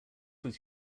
was